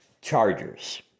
Chargers